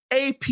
AP